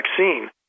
vaccine